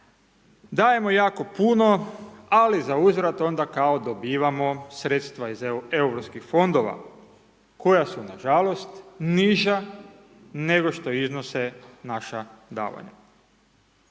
dajemo jako puno, ali za uzvrat onda kao dobivamo sredstva iz europskih fondova koja su nažalost niža nego što iznose naša davanja.